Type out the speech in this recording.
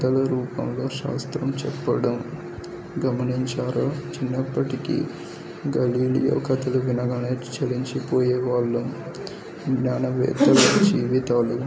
కథల రూపంలో శాస్త్రం చెప్పడం గమనించారా చిన్నప్పటికీ గెలీలియో కథలు వినగానే చలించిపోయేవాళ్ళము జ్ఞానవేత్త జీవితాలు